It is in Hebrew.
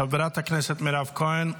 חברת הכנסת מירב כהן,